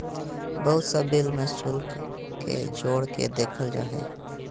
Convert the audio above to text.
बहुत सा बिल में शुल्क के जोड़ के देखल जा हइ